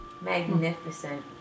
Magnificent